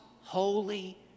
holy